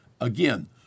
Again